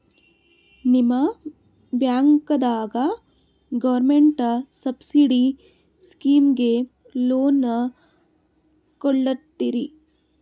ನಿಮ ಬ್ಯಾಂಕದಾಗ government subsidy ಸ್ಕೀಮಿಗಿ ಲೊನ ಕೊಡ್ಲತ್ತೀರಿ?